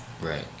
Right